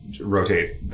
rotate